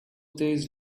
days